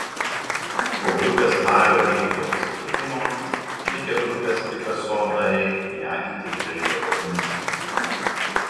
po grupės nario deivido pasitraukimo likę grupės pikaso nariai į ateitį žvelgia optimistiškai